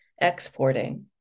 exporting